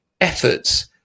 efforts